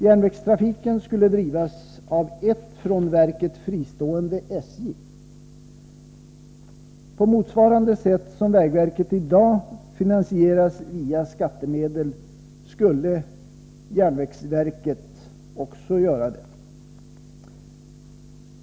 Järnvägstrafiken skulle drivas av ett från verket fristående SJ. På motsvarande sätt som vägverket i dag finansieras, via skattemedel, skulle ”järnvägsverket” också finansieras.